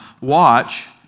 watch